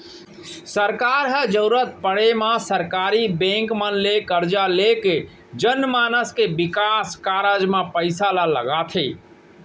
सरकार ह जरुरत पड़े म सरकारी बेंक मन ले करजा लेके जनमानस के बिकास कारज म पइसा ल लगाथे